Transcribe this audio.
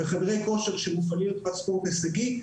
בחדרי כושר שמופעלים לטובת הספורט ההישגי,